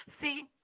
see